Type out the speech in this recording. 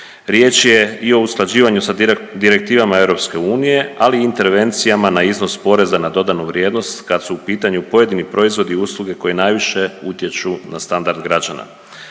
Riječ je i o usklađivanju sa direktivama EU, ali intervencijama na iznos PDV-a kad su u pitanju pojedini proizvodi i usluge koje najviše utječu na standard građana.